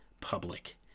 public